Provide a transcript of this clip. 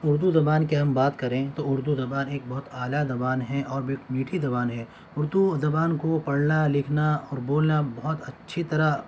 اردو زبان کی ہم بات کریں تو اردو زبان ایک بہت اعلیٰ زبان ہیں اور میٹھی زبان ہے اردو زبان کو پڑھنا لکھنا اور بولنا بہت اچھی طرح